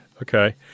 Okay